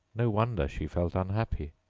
no wonder she felt unhappy.